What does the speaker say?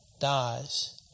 dies